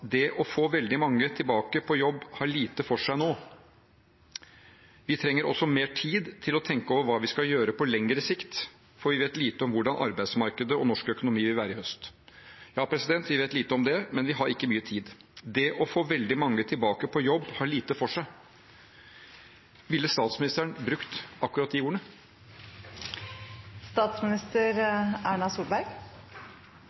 å få veldig mange tilbake på jobb veldig raskt har lite for seg nå. Vi trenger også mer tid til å tenke over hva vi skal gjøre på lengre sikt, for vi vet lite om hvordan arbeidsmarkedet og norsk økonomi vil være i høst.» Ja, vi vet lite om det, men vi har ikke mye tid. Det å få veldig mange tilbake på jobb har lite for seg – ville statsministeren brukt akkurat de ordene?